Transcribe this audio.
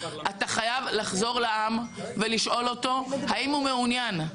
אתה חייב לחזור לעם ולשאול אותו אם הוא מעוניין.